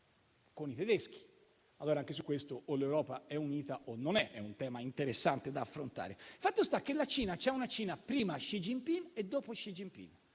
con i tedeschi. Allora, anche su questo o L'Europa è unita o non lo è. È un tema interessante da affrontare. Fatto sta che c'è una Cina prima Xi Jinping e dopo Xi Jinping;